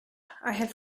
had